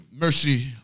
Mercy